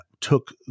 took